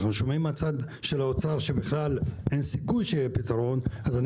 ואנחנו שומעים מהצד של משרד האוצר שבכלל אין סיכוי שיהיה פתרון אז אני